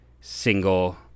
single